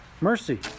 mercy